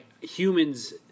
Humans